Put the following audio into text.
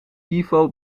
ivo